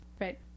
Right